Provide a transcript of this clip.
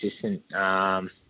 consistent